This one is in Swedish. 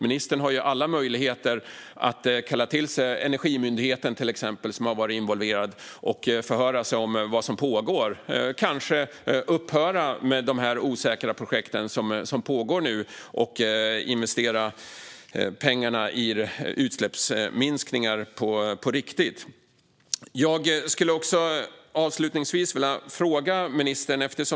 Ministern har alla möjligheter att kalla till sig exempelvis Energimyndigheten, som har varit involverad, och förhöra sig om vad som pågår och kanske upphöra med de osäkra projekt som nu pågår och i stället investera pengarna i utsläppsminskningar på riktigt. Avslutningsvis skulle jag vilja ställa en fråga till ministern.